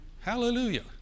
Hallelujah